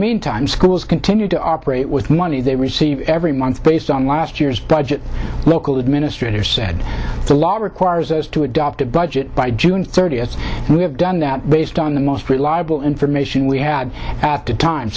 meantime schools continue to operate with money they receive every month based on last year's budget local administrator said the law requires us to adopt a budget by june thirtieth and we have done that based on the most reliable information we had at the time